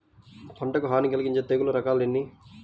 పంటకు హాని కలిగించే తెగుళ్ళ రకాలు ఎన్ని?